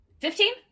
Fifteen